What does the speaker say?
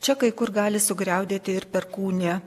čia kai kur gali sugriaudėti ir perkūnija